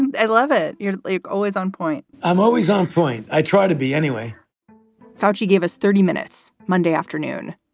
and i love it. you're like always on point i'm always on point. i try to be anyway you. she gave us thirty minutes. monday afternoon,